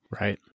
Right